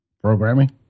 Programming